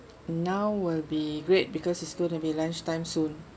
now will be great because it's gonna be lunch time soon